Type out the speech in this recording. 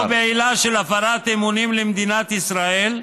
"או בעילה של הפרת אמונים למדינת ישראל"